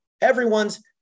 everyone's